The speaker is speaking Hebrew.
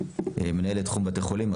מנהלת תחום בתי חולים,